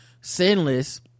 sinless